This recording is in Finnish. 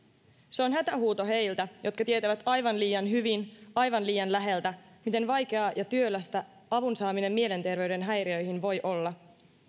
se on hätähuuto heiltä jotka tietävät aivan liian hyvin aivan liian läheltä miten vaikeaa ja työlästä avun saaminen mielenterveyden häiriöihin voi olla